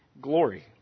glory